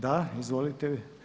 Da, izvolite.